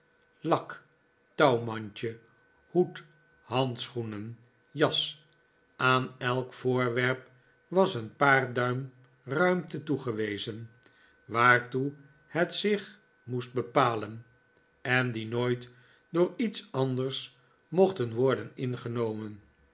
lak touwmandje hoed handschoenen jas aan elk voorwerp was een paar duim ruimte toegewezen waartoe het zich moest bepalen en die nooit door iets anders mochten worden ingenomen